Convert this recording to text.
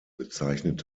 bezeichnet